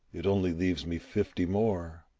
it only leaves me fifty more.